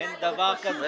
עם זה אני לא מסכים אתך.